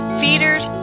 feeders